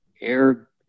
air